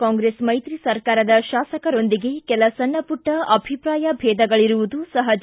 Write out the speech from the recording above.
ಕಾಂಗ್ರೆಸ್ ಮೈತ್ರಿ ಸರ್ಕಾರದ ಶಾಸಕರೊಂದಿಗೆ ಕೆಲ ಸಣ್ಣಪುಟ್ಟ ಅಭಿಪ್ರಾಯ ಭೇದಗಳಿರುವುದು ಸಹಜ